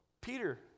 Peter